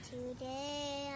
Today